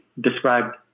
described